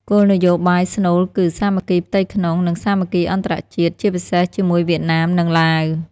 គោលនយោបាយស្នូលគឺ "សាមគ្គីផ្ទៃក្នុង និងសាមគ្គីអន្តរជាតិ" ជាពិសេសជាមួយវៀតណាម និងឡាវ។